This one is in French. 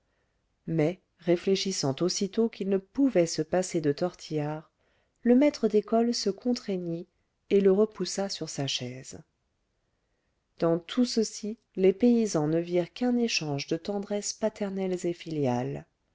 mais réfléchissant aussitôt qu'il ne pouvait se passer de tortillard le maître d'école se contraignit et le repoussa sur sa chaise dans tout ceci les paysans ne virent qu'un échange de tendresses paternelles et filiales